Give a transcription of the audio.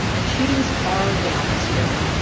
and shootings are down this year.